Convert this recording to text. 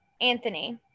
Anthony